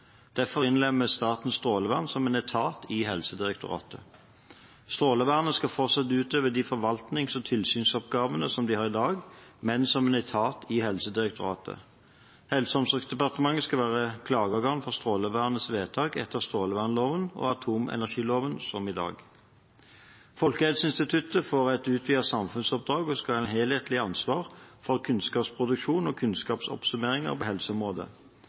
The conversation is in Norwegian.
Derfor innlemmes Statens strålevern som en etat i Helsedirektoratet. Strålevernet skal fortsatt utøve de forvaltnings- og tilsynsoppgavene som de har i dag, men som en etat i Helsedirektoratet. Helse- og omsorgsdepartementet skal være klageorgan for Strålevernets vedtak etter strålevernloven og atomenergiloven, som i dag. Folkehelseinstituttet får et utvidet samfunnsoppdrag og skal ha et helhetlig ansvar for kunnskapsproduksjon og kunnskapsoppsummeringer på helseområdet.